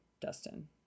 Dustin